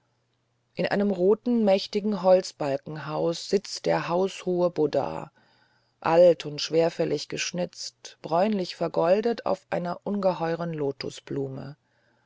in einem roten mächtigen holzbalkenhaus sitzt der haushohe buddha alt und schwerfällig geschnitzt bräunlich vergoldet auf einer ungeheuern